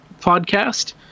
podcast